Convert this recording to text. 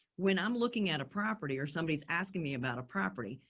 when i'm looking at a property or somebody asking me about a property,